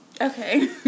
Okay